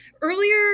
Earlier